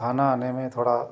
खाना आने में थोड़ा